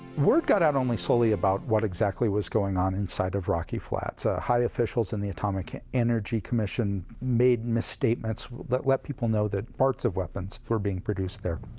word got out, only slowly, about what exactly was going on inside of rocky flats. ah high officials in the atomic energy commission made misstatements that let people know that parts of weapons were being produced there.